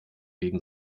gegen